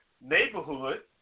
neighborhood